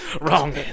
Wrong